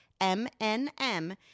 MNM